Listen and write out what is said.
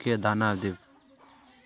हम मुर्गा पालव तो उ के दाना देव?